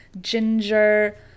ginger